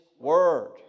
word